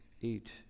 eat